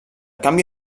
canvi